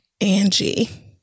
Angie